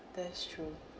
that's true